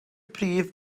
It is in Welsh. prif